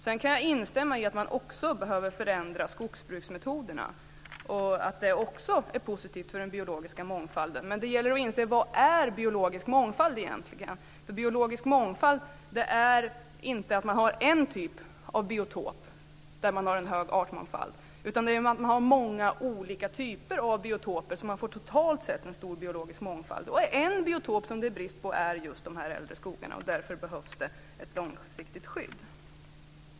Jag kan instämma i att skogsbruksmetoderna behöver förändras och att det också är positivt för den biologiska mångfalden. Det gäller att se vad biologisk mångfald egentligen är. Biologisk mångfald är inte att man har en typ av biotop som har en stor artmångfald, utan det är att man har många olika typer av biotoper som totalt sett har en stor biologisk mångfald. En biotop som det är brist på är just äldre skogar, och därför behövs ett långsiktigt skydd.